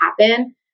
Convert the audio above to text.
happen